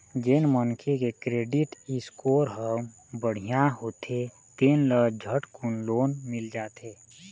जेन मनखे के क्रेडिट स्कोर ह बड़िहा होथे तेन ल झटकुन लोन मिल जाथे